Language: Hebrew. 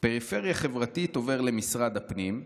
פריפריה חברתית עובר למשרד הפנים.